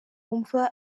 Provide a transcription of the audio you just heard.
wumva